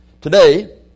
Today